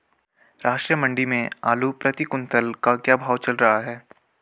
राष्ट्रीय मंडी में आलू प्रति कुन्तल का क्या भाव चल रहा है?